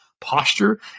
posture